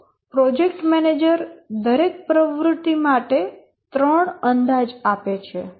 તો project manager દરેક પ્રવૃત્તિ માટે 3 અંદાજ આપે છે